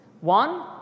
One